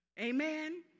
Amen